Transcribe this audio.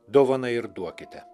dovanai ir duokite